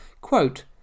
Quote